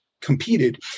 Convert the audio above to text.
competed